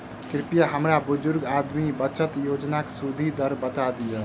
कृपया हमरा बुजुर्ग आदमी बचत योजनाक सुदि दर बता दियऽ